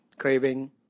Craving